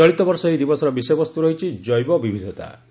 ଚଳିତବର୍ଷ ଏହି ଦିବସର ବିଷୟବସ୍ତୁ ରହିଛି 'ଜୈବ ବିବିଧତା'